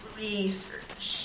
research